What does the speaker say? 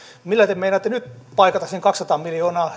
millä te meinaatte nyt paikata sen kaksisataa miljoonaa